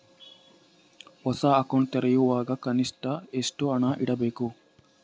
ಹೊಸ ಅಕೌಂಟ್ ತೆರೆಯುವಾಗ ಕನಿಷ್ಠ ಎಷ್ಟು ಹಣ ಇಡಬೇಕು?